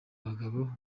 abagabo